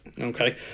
okay